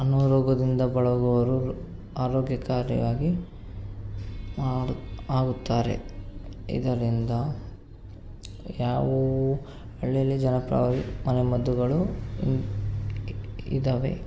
ಅನಾರೋಗ್ಯದಿಂದ ಬಳಲುವರು ಆರೋಗ್ಯಕಾರಿಯಾಗಿ ಮಾಡು ಆಗುತ್ತಾರೆ ಇದರಿಂದ ಇವು ಹಳ್ಳಿ ಅಲ್ಲಿ ಜನಪ್ರಿಯ್ ಮನೆಮದ್ದುಗಳು ಇದ್ದಾವೆ